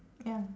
ya